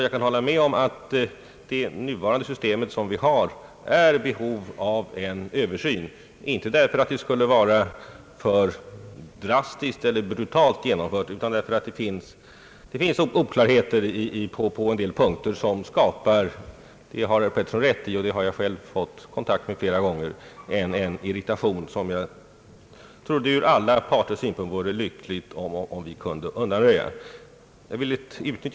Jag kan hålla med om att det nuvarande systemet är i behov av en översyn, inte därför att det skulle vara drastiskt eller brutalt genomfört, utan därför att det finns oklarheter på en del punkter som skapar irritation — det har herr Pettersson rätt i och det har jag själv erfarit många gånger. Det vore ur alla synpunkter lyckligt om vi kunde undanröja denna irritation.